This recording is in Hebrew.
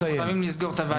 אנחנו חייבים לסגור את הוועדה,